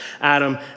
Adam